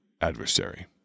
adversary